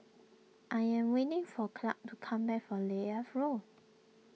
I am waiting for Clarke to come back from Leith Road